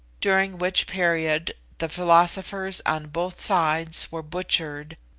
during which period the philosophers on both sides were butchered,